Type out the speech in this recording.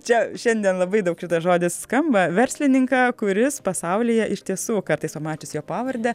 čia šiandien labai daug šitas žodis skamba verslininką kuris pasaulyje iš tiesų kartais pamačius jo pavardę